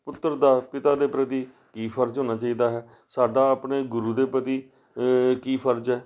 ਪੁੱਤਰ ਦਾ ਪਿਤਾ ਦੇ ਪ੍ਰਤੀ ਕੀ ਫਰਜ਼ ਹੋਣਾ ਚਾਹੀਦਾ ਹੈ ਸਾਡਾ ਆਪਣੇ ਗੁਰੂ ਦੇ ਪ੍ਰਤੀ ਕੀ ਫਰਜ਼ ਹੈ